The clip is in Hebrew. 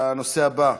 הנושא הבא: